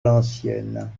l’ancienne